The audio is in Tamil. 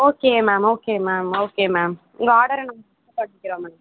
okay ma'am okay ma'am okay ma'am உங்கள் ஆர்டர நாங்கள் நோட் பண்ணிக்கிறோம் மேம்